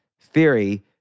theory